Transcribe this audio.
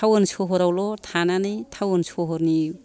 town सहरावल' थानानै town सहरनि